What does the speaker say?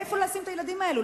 איפה לשים את הילדים האלה.